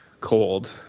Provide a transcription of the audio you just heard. cold